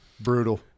Brutal